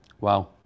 Wow